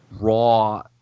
raw